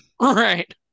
right